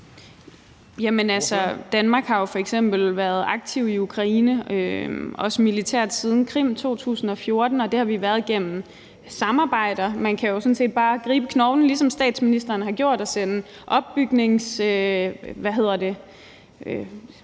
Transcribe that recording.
: Altså, Danmark har jo f.eks. været aktiv i Ukraine – også militært – siden Krim i 2014, og det har vi været igennem samarbejder. Man kan jo sådan set bare gribe knoglen, ligesom statsministeren har gjort, og sende maskiner derned til